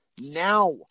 now